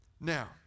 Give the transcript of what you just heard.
Now